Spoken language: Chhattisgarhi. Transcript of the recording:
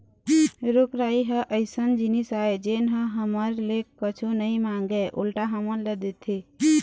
रूख राई ह अइसन जिनिस आय जेन ह हमर ले कुछु नइ मांगय उल्टा हमन ल देथे